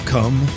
Come